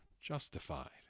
justified